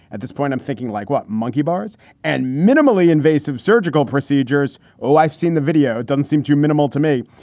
at this point, i'm thinking like what? monkey bars and minimally invasive surgical procedures? well, i've seen the video doesn't seem too minimal to me.